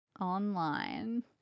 online